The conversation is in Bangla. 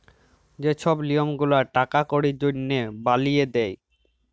যে ছব লিয়ম গুলা টাকা কড়ির জনহে বালিয়ে দে